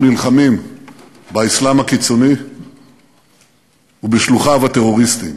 נלחמים באסלאם הקיצוני ובשלוחיו הטרוריסטיים.